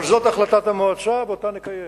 אבל זאת החלטת המועצה ואותה נקיים,